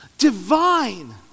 divine